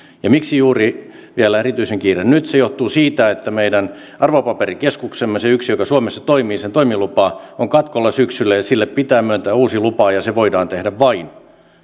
ja miksi vielä erityisen kiire juuri nyt se johtuu siitä että meidän arvopaperikeskuksemme sen yhden joka suomessa toimii toimilupa on katkolla syksyllä ja sille pitää myöntää uusi lupa ja se voidaan tehdä vain